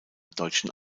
deutschen